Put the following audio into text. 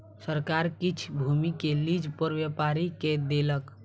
सरकार किछ भूमि के लीज पर व्यापारी के देलक